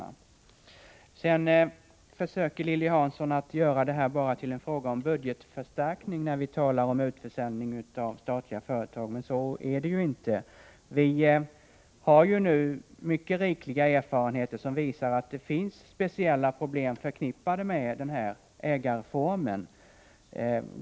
Lilly Hansson försökte göra försäljningen av statliga företag till en fråga om budgetförstärkning. Men så är det ju inte. Vi har nu mycket rikliga erfarenheter, som visar att det finns speciella problem förknippade med den här ägarformen.